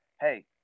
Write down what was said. hey